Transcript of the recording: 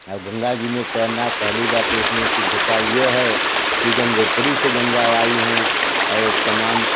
अब गंगा जी में तैरना पहली बात तो उसमें शुद्धता ये है कि गंगोत्री से गंगा आई हैं और तमाम